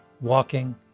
walking